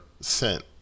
sent